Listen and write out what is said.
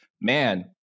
man